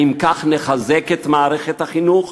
האם כך נחזק את מערכת החינוך?